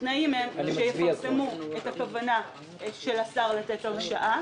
התנאים הם שיפרסמו את הכוונה של השר לתת הרשאה